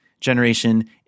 generation